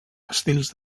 estils